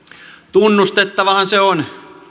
tunnustettavahan se on